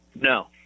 No